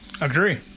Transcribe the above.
Agree